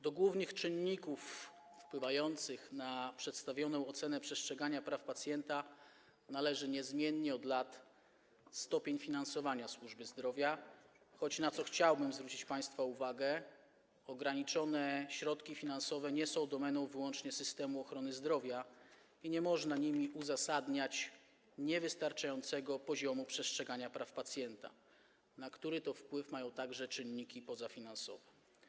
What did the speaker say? Do głównych czynników wpływających na przedstawioną ocenę przestrzegania praw pacjenta należy niezmiennie, od lat stopień finansowania służby zdrowia, choć - na co chciałbym zwrócić państwa uwagę - ograniczone środki finansowe nie są domeną wyłącznie systemu ochrony zdrowia i nie można nimi uzasadniać niewystarczającego poziomu przestrzegania praw pacjenta, na który wpływ mają także czynniki pozafinansowe.